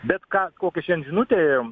bet ką kokia šiandien žinutė